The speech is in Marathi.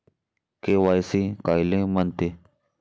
के.वाय.सी कायले म्हनते?